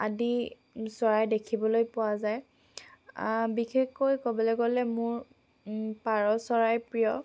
আদি চৰাই দেখিবলৈ পোৱা যায় বিশেষকৈ ক'বলৈ গ'লে মোৰ পাৰ চৰাই প্ৰিয়